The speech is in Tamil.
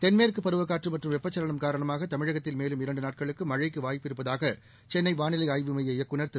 தென்மேற்கு பருவக் காற்று மற்றும் வெப்பச் சலனம் காரணமாக தமிழகத்தில் மேலும் இரண்டு நாட்களுக்கு மழைக்கு வாய்ப்பிருப்பதாக சென்னை வானிலை ஆய்வு மைய இயக்குநர் திரு